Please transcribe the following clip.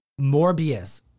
Morbius